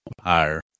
higher